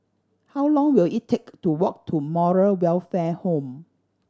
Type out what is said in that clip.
how long will it take to walk to Moral Welfare Home